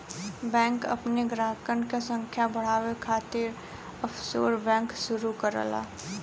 bank अपने ग्राहकन क संख्या बढ़ावे खातिर ऑफशोर बैंक शुरू करला